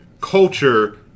culture